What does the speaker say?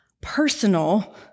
personal